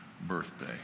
birthday